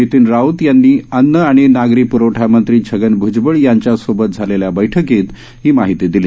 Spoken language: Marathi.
नितीन राऊत यांनी अन्न आणि नागरी प्रवठा मंत्री छगन भुजबळ यांच्यासोबत झालेल्या बैठकीत ही माहिती दिली